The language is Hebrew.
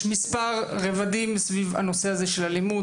יש מספר רבדים סביב הנושא הזה של אלימות,